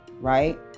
right